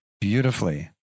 beautifully